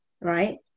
right